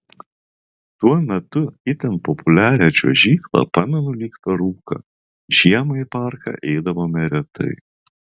tuo metu itin populiarią čiuožyklą pamenu lyg per rūką žiemą į parką eidavome retai